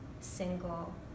single